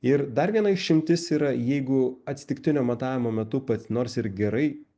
ir dar viena išimtis yra jeigu atsitiktinio matavimo metu pat nors ir gerai